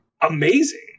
amazing